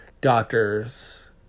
doctors